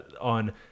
on